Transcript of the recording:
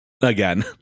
Again